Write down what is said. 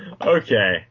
Okay